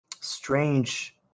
strange